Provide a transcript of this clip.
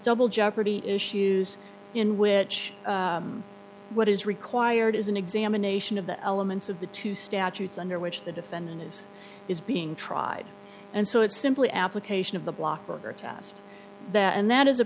double jeopardy issues in which what is required is an examination of the elements of the two statutes under which the defendant is is being tried and so it's simply application of the block order to asked that and that is